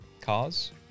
cars